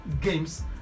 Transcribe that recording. games